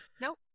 Nope